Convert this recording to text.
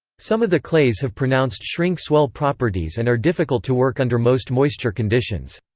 some of the clays have pronounced shrink-swell properties and are difficult to work under most moisture conditions.